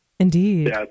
Indeed